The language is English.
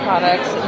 Products